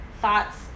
thoughts